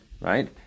right